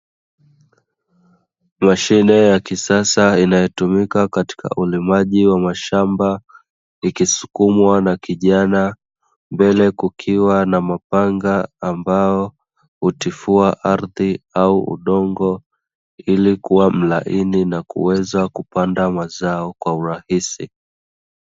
Mashine ya kisasa inayotumika katika ulimaji wa mashamba, ikisukumwa na kijana, mbele kukiwa na mapanga ambayo hutifua ardhi au udongo, ili kuwa mlaini na kuweza kupanda mazao kwa urahisi.